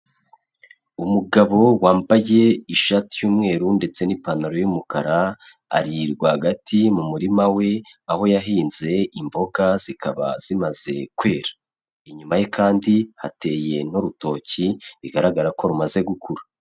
Umugabo wambaye ishati y'umweru ndetse n'ipantaro y'umukara ari rwagati mu murima we aho yahinze imboga zikaba zimaze kwera, inyuma ye kandi hateye n'urutoki bigaragara ko rumaze gukura.